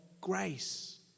grace